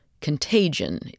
contagion